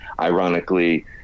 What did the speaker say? Ironically